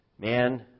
Man